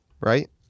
right